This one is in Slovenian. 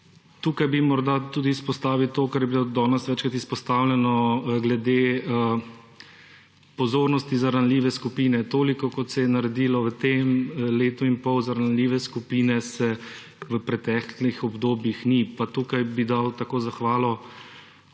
Tukaj bi morda tudi izpostavil to, kar je bilo danes večkrat izpostavljeno glede pozornosti za ranljive skupine. Toliko, kot se je naredilo v tem letu in pol za ranljive skupine, se v preteklih obdobjih ni. Pa tukaj bi dal tako zahvalo